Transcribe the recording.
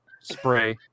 spray